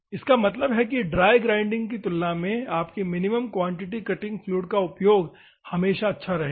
इसका मतलब है कि ड्राई ग्राइंडिंग की तुलना में आपकी मिनिमम क्वांटिटी कटिंग फ्लूइड का उपयोग हमेशा अच्छा रहेगा